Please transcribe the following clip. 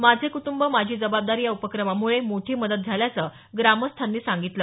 माझे कुटुंब माझी जबाबदारी या उपक्रमामुळे मोठी मदत झाल्याचं ग्रामस्थांनी सांगितलं